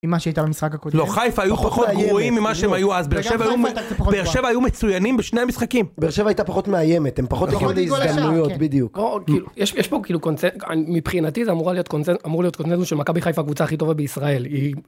עם מה שהייתה במשחק הקודם. לא, חייפה היו פחות גרועים ממה שהם היו אז. באר שבע היו מצוינים בשני המשחקים. באר שבע הייתה פחות מאיימת, הם פחות הגיעו להזדמנויות, בדיוק. יש פה כאילו קונצנזוס, מבחינתי זה אמור להיות קונצנזוס, אמור להיות קונצנזוס של מכבי חיפה, הקבוצה הכי טובה בישראל.